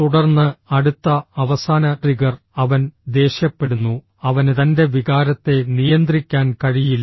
തുടർന്ന് അടുത്ത അവസാന ട്രിഗർ അവൻ ദേഷ്യപ്പെടുന്നു അവന് തന്റെ വികാരത്തെ നിയന്ത്രിക്കാൻ കഴിയില്ല